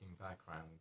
background